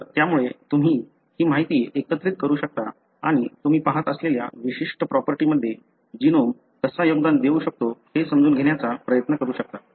तर त्यामुळे तुम्ही ही माहिती एकत्रित करू शकता आणि तुम्ही पहात असलेल्या विशिष्ट प्रॉपर्टीमध्ये जीनोम कसा योगदान देऊ शकतो हे समजून घेण्याचा प्रयत्न करू शकता